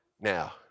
Now